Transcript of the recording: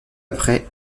après